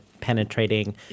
penetrating